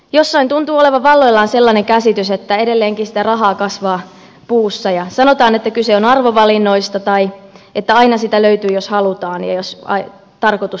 jossain tuntuu olevan valloillaan sellainen käsitys että edelleenkin sitä rahaa kasvaa puussa ja sanotaan että kyse on arvovalinnoista tai että aina sitä löytyy jos halutaan ja jos tarkoitus on riittävän hyvä